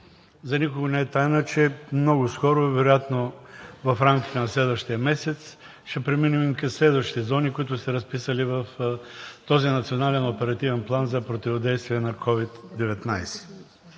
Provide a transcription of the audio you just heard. За никой не е тайна, че много скоро, вероятно в рамките на следващия месец ще преминем към следващите зони, които сте разписали в този Национален оперативен план за противодействие на COVID-19.